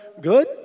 good